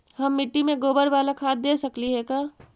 हम मिट्टी में गोबर बाला खाद दे सकली हे का?